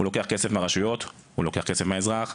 הוא לוקח כסף מהרשויות, הוא לוקח כסף מהאזרחים,